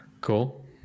Cool